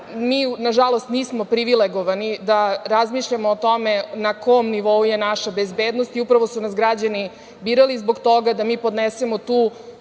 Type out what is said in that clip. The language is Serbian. mi, nažalost nismo privilegovani da razmišljamo o tome na kom nivou je naša bezbednost i upravo su nas građani birali zbog toga da mi podnesemo i